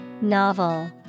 Novel